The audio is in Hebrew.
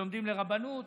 שלומדים לרבנות,